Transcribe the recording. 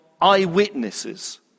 eyewitnesses